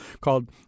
called